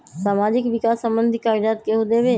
समाजीक विकास संबंधित कागज़ात केहु देबे?